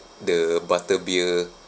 the butter beer